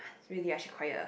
is really I should quiet ah